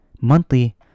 monthly